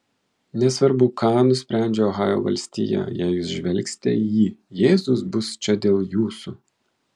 nesvarbu ką nusprendžia ohajo valstija jei jūs žvelgsite į jį jėzus bus čia dėl jūsų